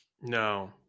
No